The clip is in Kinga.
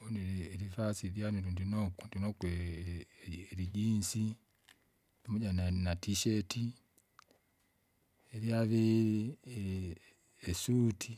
Uvunile ilifasi lyaninu ndinokwa ndinokwa i- i- ilijinsi, pamoja na- natisheti, ilyaviri i- i- isuti,